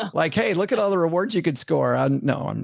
ah like, hey look at all the rewards you could score on. no, and